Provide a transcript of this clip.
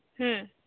ᱦᱩᱸ